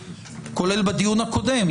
כולל בדיון הקודם.